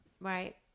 Right